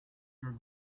your